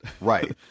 Right